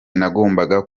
nagombaga